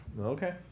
okay